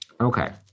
Okay